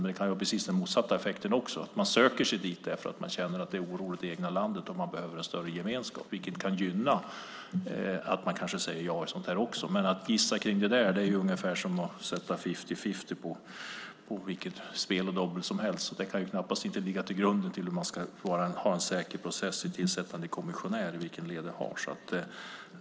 Men det kan bli precis den motsatta effekten också, nämligen att man söker sig till EU därför att det är oroligt i det egna landet och man behöver en större gemenskap. Det kan gynna ett ja i det här fallet. Men att gissa om detta är ungefär som att sätta fifty-fifty på vilket spel och dobbel som helst. Det kan knappast ligga till grund för en säker process vid tillsättandet av en kommissionär.